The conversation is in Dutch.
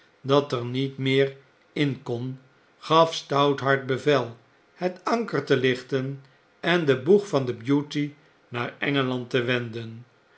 dat er niet meer in kon gaf stouthart bevel het anker te lichten en den boeg van de beauty naar engeland te wenden